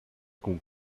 con